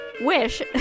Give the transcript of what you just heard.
wish